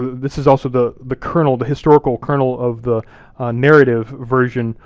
this is also the the kernel, the historical kernel of the narrative version,